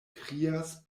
krias